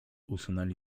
usunęli